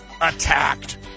Attacked